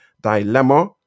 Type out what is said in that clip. dilemma